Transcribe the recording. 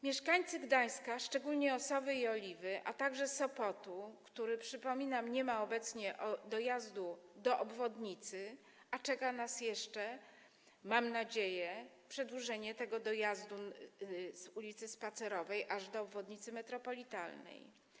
Mieszkańcy Gdańska, szczególnie Osowy i Oliwy, a także Sopotu, który, przypominam, nie ma obecnie dojazdu do obwodnicy, a czeka nas jeszcze, mam nadzieję, przedłużenie tego dojazdu z ul. Spacerowej aż do obwodnicy metropolitalnej.